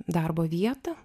darbo vietą